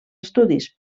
estudis